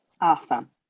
Awesome